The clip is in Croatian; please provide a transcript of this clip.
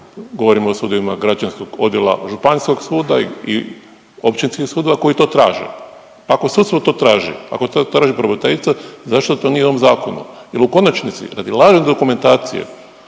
govorimo o sudovima građanskog odjela Županijskog suda i općinskih sudova koji to traže. Ako sudstvo to traži, ako to traži pravobraniteljica zašto to nije u ovom zakonu? Jel u konačnici radi lažne dokumentacije